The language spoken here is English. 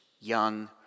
young